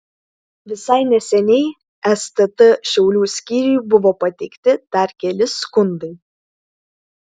visai neseniai stt šiaulių skyriui buvo pateikti dar keli skundai